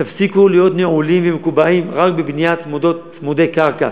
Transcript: תפסיקו להיות נעולים ומקובעים רק בבניית צמודי קרקע.